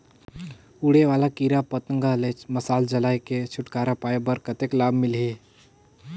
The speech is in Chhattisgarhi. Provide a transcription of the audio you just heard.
उड़े वाला कीरा पतंगा ले मशाल जलाय के छुटकारा पाय बर कतेक लाभ मिलही?